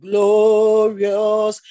Glorious